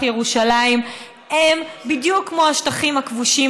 ירושלים הן בדיוק כמו השטחים הכבושים,